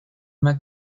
una